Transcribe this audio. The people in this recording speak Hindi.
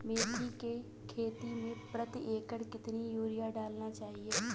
मेथी के खेती में प्रति एकड़ कितनी यूरिया डालना चाहिए?